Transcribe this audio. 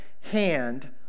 hand